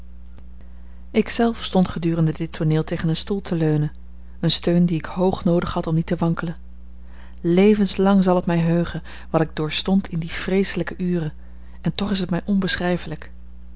zelf stond gedurende dit tooneel tegen een stoel te leunen een steun dien ik hoog noodig had om niet te wankelen levenslang zal het mij heugen wat ik doorstond in die vreeselijke ure en toch is het mij onbeschrijfelijk